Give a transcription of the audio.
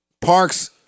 Parks